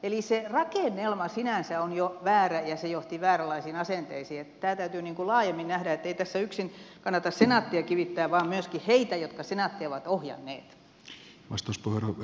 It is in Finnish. eli se rakennelma sinänsä on jo väärä ja se johti vääränlaisiin asenteisiin joten tämä täytyy laajemmin nähdä että ei tässä yksin kannata senaattia kivittää vaan myöskin heitä jotka senaattia ovat ohjanneet